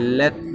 let